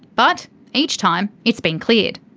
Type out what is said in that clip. but each time it's been cleared.